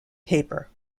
paper